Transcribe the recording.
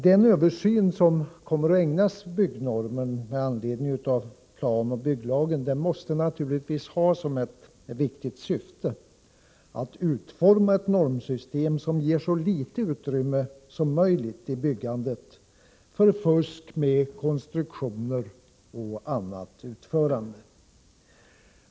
Den översyn som kommer att ägnas Svensk byggnorm med anledning av planoch bygglagen måste naturligtvis ha som ett viktigt syfte att utforma ett normsystem som ger så litet utrymme som möjligt i byggandet för fusk med konstruktioner och annat utförande.